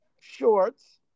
shorts